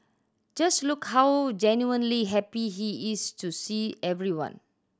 just look how genuinely happy he is to see everyone